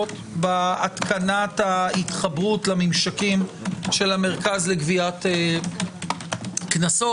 בהתקנת ההתחברות לממשקים של המרכז לגביית קנסות.